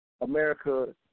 America